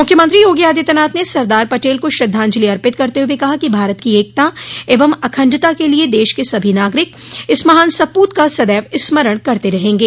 मुख्यमंत्री योगी आदित्यनाथ ने सरदार पटेल को श्रद्वाजलि अर्पित करते हुए कहा कि भारत की एकता एवं अखण्डता के लिये देश के सभी नागरिक इस महान सपूत का सदैव स्मरण करते रहेंगे